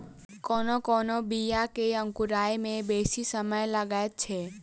कोनो कोनो बीया के अंकुराय मे बेसी समय लगैत छै